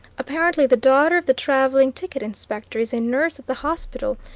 apparently the daughter of the travelling ticket inspector is a nurse at the hospital,